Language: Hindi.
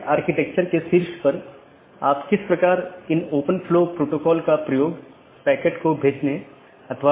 BGP या बॉर्डर गेटवे प्रोटोकॉल बाहरी राउटिंग प्रोटोकॉल है जो ऑटॉनमस सिस्टमों के पार पैकेट को सही तरीके से रूट करने में मदद करता है